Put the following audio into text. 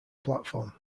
platform